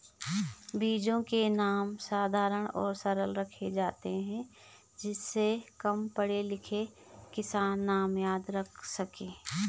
बीजों के नाम साधारण और सरल रखे जाते हैं जिससे कम पढ़े लिखे किसान नाम याद रख सके